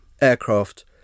aircraft